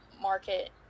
market